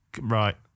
right